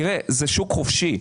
זה שוק חופשי.